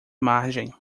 margem